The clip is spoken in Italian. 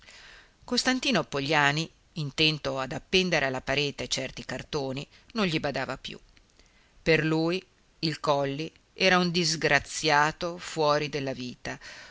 costantino pogliani intento ad appendere alla parete certi cartoni non gli badava più per lui il colli era un disgraziato fuori della vita